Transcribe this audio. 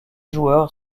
joueur